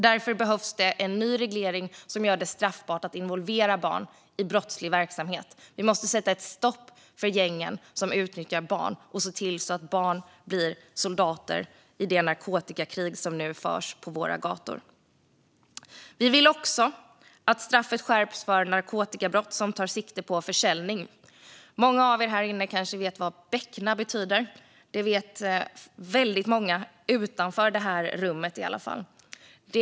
Därför behövs det en ny reglering som gör det straffbart att involvera barn i brottslig verksamhet. Vi måste sätta stopp för gängen som utnyttjar barn och se till att barn inte blir soldater i det narkotikakrig som nu förs på våra gator. Vi vill också att straffet skärps för narkotikabrott som tar sikte på försäljning. Många av er här inne kanske vet vad "beckna" betyder. Väldigt många utanför det här rummet vet i alla fall det.